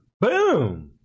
Boom